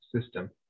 system